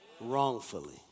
wrongfully